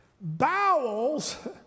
bowels